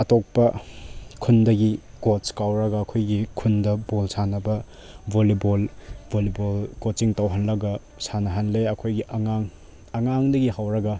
ꯑꯇꯣꯞꯄ ꯈꯨꯟꯗꯒꯤ ꯀꯣꯆ ꯀꯧꯔꯒ ꯑꯩꯈꯣꯏꯒꯤ ꯈꯨꯟꯗ ꯕꯣꯜ ꯁꯥꯟꯅꯕ ꯕꯣꯜꯂꯤꯕꯣꯜ ꯕꯣꯜꯂꯤꯕꯣꯜ ꯀꯣꯆꯤꯡ ꯇꯧꯍꯜꯂꯒ ꯁꯥꯟꯅꯍꯜꯂꯦ ꯑꯩꯈꯣꯏꯒꯤ ꯑꯉꯥꯡ ꯑꯉꯥꯡꯗꯒꯤ ꯍꯧꯔꯒ